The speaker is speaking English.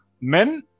Men